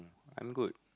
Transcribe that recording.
I'm good